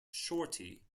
shorty